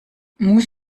muss